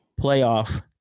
playoff